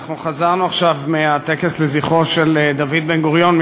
אנחנו חזרנו עכשיו מהטקס לזכרו של דוד בן-גוריון,